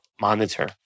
monitor